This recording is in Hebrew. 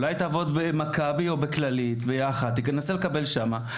אולי תעבוד במכבי או כללית ביחד ותנסה לקבל שם.